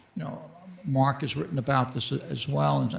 you know mark has written about this, as well, and